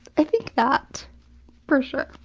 i think that for sure.